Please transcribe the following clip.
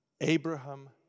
Abraham